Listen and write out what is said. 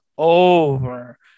over